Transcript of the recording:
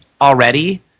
already